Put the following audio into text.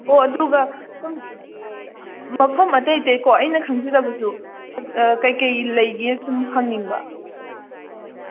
ꯑꯣ ꯑꯗꯨꯒ ꯁꯨꯝ ꯃꯐꯝ ꯑꯇꯩ ꯑꯇꯩꯀꯣ ꯑꯩꯅ ꯈꯪꯖꯗꯕꯁꯨ ꯀꯩꯀꯩ ꯂꯩꯒꯦ ꯁꯨꯝ ꯍꯪꯅꯤꯡꯕ